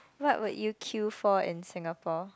what would you queue for in Singapore